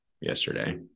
yesterday